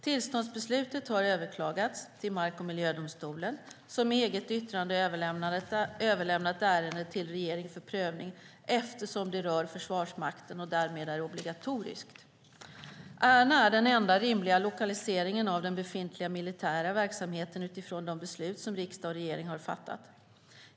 Tillståndsbeslutet har överklagats till mark och miljödomstolen som med eget yttrande överlämnat ärendet till regeringen för prövning, eftersom det rör Försvarsmakten och därmed är obligatoriskt. Ärna är den enda rimliga lokaliseringen av den befintliga militära verksamheten utifrån de beslut som riksdag och regering har fattat.